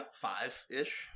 five-ish